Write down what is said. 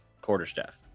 Quarterstaff